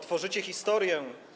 Tworzycie historię.